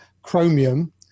chromium